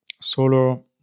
solo